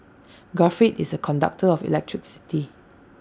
graphite is A conductor of electricity